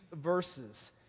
verses